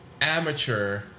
amateur